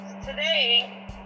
Today